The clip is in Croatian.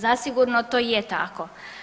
zasigurno to i je tako.